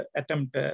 attempt